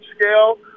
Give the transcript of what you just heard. scale